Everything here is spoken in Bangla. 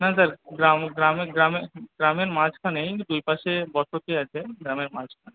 না স্যার গ্রামে গ্রামে গ্রামে গ্রামের মাঝখানেই দুই পাশে বসতি আছে গ্রামের মাঝখানে